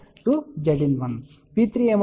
P3 ఏమవుతుంది